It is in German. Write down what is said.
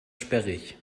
sperrig